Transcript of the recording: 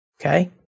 okay